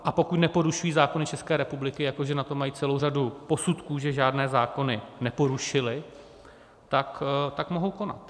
A pokud neporušují zákony České republiky, jako že na to mají celou řadu posudků, že žádné zákony neporušili, tak mohou konat.